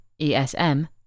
ESM